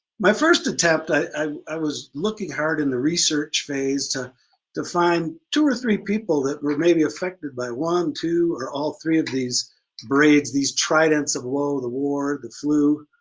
my first attempt i i was looking hard in the research phase to define two or three people that were maybe affected by one, two, or all three of these braids, these tridents of low, the war, the flu,